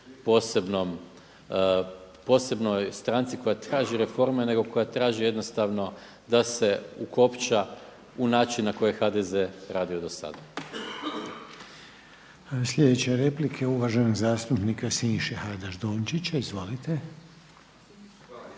posebnoj stranci koja traži reforme nego koja traži jednostavno da se ukopča u način na koji je HDZ radio do sada. **Reiner, Željko (HDZ)** Sljedeća replika je uvaženog zastupnika Siniše Hajdaš Dončića. Izvolite. **Hajdaš